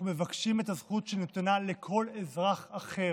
אנחנו מבקשים את הזכות שנתונה לכל אזרח אחר.